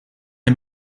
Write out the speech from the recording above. der